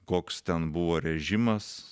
koks ten buvo režimas